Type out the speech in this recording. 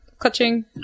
clutching